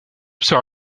sera